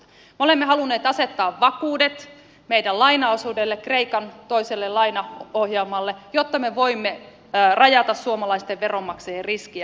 me olemme halunneet asettaa vakuudet meidän lainaosuudelle kreikan toiselle lainaohjelmalle jotta me voimme rajata suomalaisten veronmaksajien riskejä ja vastuita